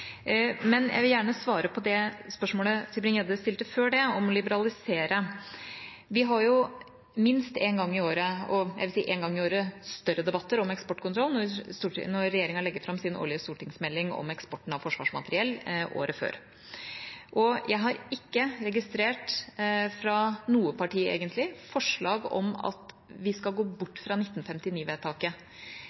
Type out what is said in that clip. Men jeg vil gjerne svare på det spørsmålet Tybring-Gjedde stilte før det, om å liberalisere. Vi har jo minst en gang i året – jeg vil si en gang i året – større debatter om eksportkontroll, når regjeringa legger fram sin årlige stortingsmelding om eksporten av forsvarsmateriell året før. Jeg har ikke registrert – fra noe parti, egentlig – noe forslag om at vi skal gå bort fra